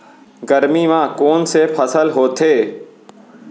गरमी मा कोन से फसल होथे?